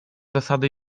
zasady